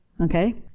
okay